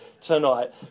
tonight